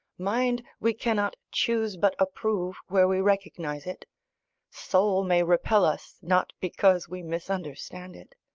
mind we cannot choose but approve where we recognise it soul may repel us, not because we misunderstand it.